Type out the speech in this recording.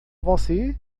você